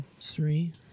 Three